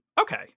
Okay